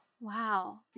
Wow